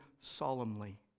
solemnly